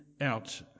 out